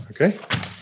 Okay